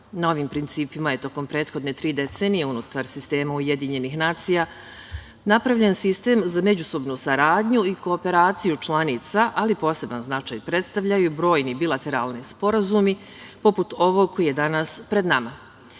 Na ovim principima je tokom prethodne tri decenije unutar sistema UN napravljen sistem za međusobnu saradnju i kooperaciju članica, ali poseban značaj predstavljaju i brojni bilateralni sporazumi poput ovog koji je danas pred